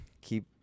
keep